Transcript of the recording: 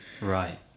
Right